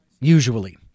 usually